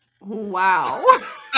Wow